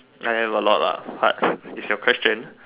I have a lot lah but it's your question